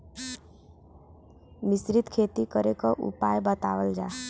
मिश्रित खेती करे क उपाय बतावल जा?